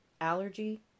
Allergy